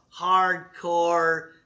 hardcore